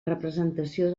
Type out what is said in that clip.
representació